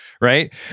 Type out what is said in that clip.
right